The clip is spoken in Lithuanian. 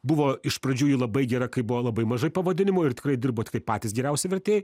buvo iš pradžių ji labai gera kai buvo labai mažai pavadinimų ir tikrai dirbo tiktai kaip patys geriausi vertėjai